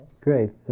Great